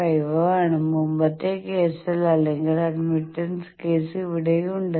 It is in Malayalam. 55 ആണ് മുമ്പത്തെ കേസിൽ അല്ലെങ്കിൽ അഡ്മിറ്റൻസ് കേസ് ഇവിടെയുണ്ട്